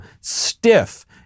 stiff